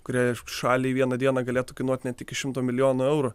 kuriai šaliai vieną dieną galėtų kainuoti net iki šimto milijonų eurų